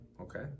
Okay